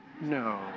No